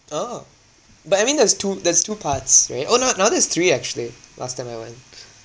orh but I mean there's two there's two parts right oh no no there's three actually last time I went